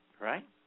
right